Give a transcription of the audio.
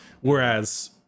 Whereas